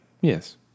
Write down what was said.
Yes